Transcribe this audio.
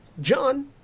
John